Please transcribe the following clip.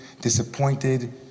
disappointed